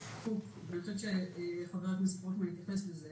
ואני חושבת שחבר הכנסת רוטמן התייחס לזה